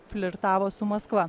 flirtavo su maskva